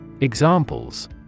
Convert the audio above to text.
Examples